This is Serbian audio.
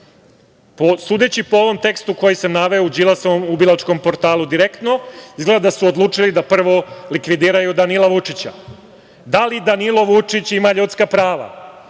Vučića. Sudeći po ovom tekstu, koji sam naveo, u Đilasovom ubilačkom portalu Direktno izgleda da su odlučili da prvo likvidiraju Danila Vučića. Da li Danilo Vučić ima ljudska prava?